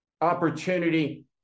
opportunity